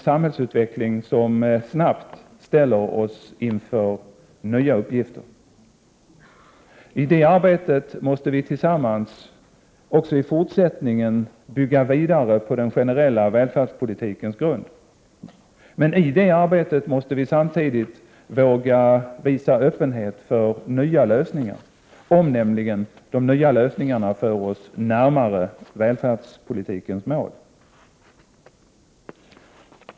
Samhällsutvecklingen ställer oss snabbt inför nya uppgifter. I detta arbete måste vi också i fortsättningen tillsammans bygga vidare på den generella välfärdspolitikens grund. Men i det arbetet måste vi samtidigt våga visa öppenhet för nya lösningar, nämligen om de nya lösningarna för oss närmare välfärdspolitikens mål.